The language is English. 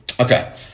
Okay